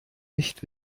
nicht